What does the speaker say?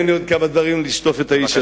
תן לי עוד כמה דברים לשטוף את האיש הזה.